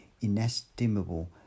inestimable